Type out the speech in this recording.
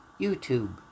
YouTube